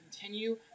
continue